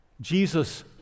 Jesus